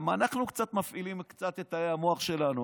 גם אנחנו מפעילים קצת את תאי המוח שלנו,